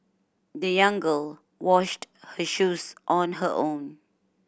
the young girl washed her shoes on her own